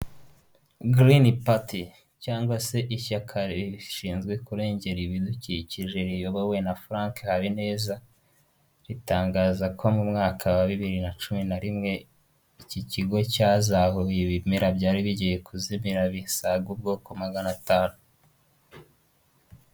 Green Party cyangwa se ishyaka rishinzwe kurengera ibidukikije riyobowe na Frank Habineza, ritangaza ko mu mwaka wa bibiri na cumi na rimwe, iki kigo cyazahuye ibimera byari bigiye kuzimira bisaga ubwoko magana atanu.